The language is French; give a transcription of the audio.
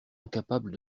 incapable